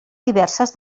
diverses